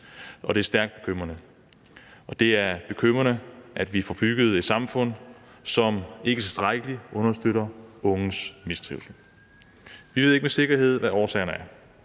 og det er stærkt bekymrende. Det er bekymrende, at vi får bygget et samfund, som ikke tilstrækkeligt imødegår unges mistrivsel. Vi ved ikke med sikkerhed, hvad årsagerne er,